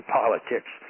politics